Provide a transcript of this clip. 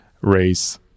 race